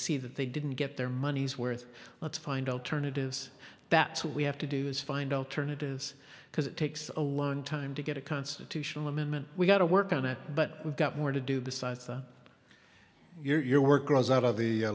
see that they didn't get their money's worth let's find alternatives that's what we have to do is find alternatives because it takes a long time to get a constitutional amendment we've got to work on it but we've got more to do besides your work grows out of the